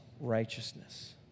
righteousness